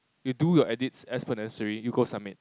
you do your edits as per necessary you go submit